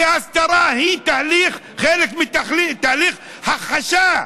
כי הסתרה היא חלק מתהליך הכחשה.